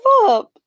up